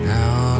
Now